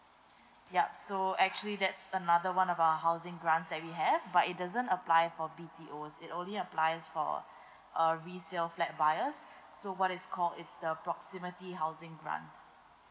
yup so actually that's another one of our housing grants that we have but it doesn't apply for B_T_O's it only applies for a resale flat buyers so what is called is the proximity housing grant